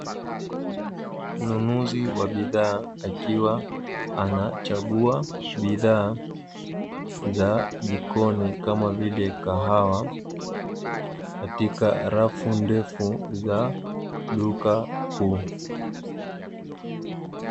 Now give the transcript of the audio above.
Mnunuzi wa bidhaa akiwa anachagua bidhaa za jikoni kama vile kahawa, katika rafu ndefu za duka kuu.